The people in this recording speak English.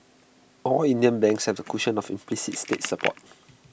all Indian banks have the cushion of implicit state support